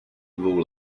dvou